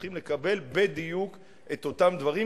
צריך לקבל בדיוק את אותם דברים,